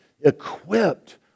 equipped